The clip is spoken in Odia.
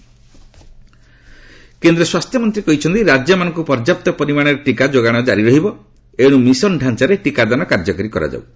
ହର୍ଷବର୍ଦ୍ଧନ କେନ୍ଦ୍ର ସ୍ୱାସ୍ଥ୍ୟମନ୍ତ୍ରୀ କହିଛନ୍ତି ରାଜ୍ୟ ମାନଙ୍କୁ ପର୍ଯ୍ୟାପ୍ତ ପରିମାଣରେ ଟିକା ଯୋଗାଣ କାରି ରହିବ ଏଣୁ ମିଶନ ଢାଞ୍ଚାରେ ଟିକାଦାନ କାର୍ଯ୍ୟକାରୀ କରାଯାଉଛି